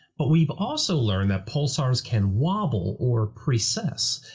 but we've also learned that pulsars can wobble or precess,